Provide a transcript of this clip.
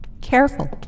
Careful